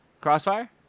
Crossfire